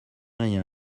rien